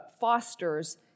fosters